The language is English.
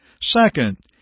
Second